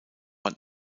ein